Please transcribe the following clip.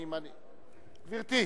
גברתי.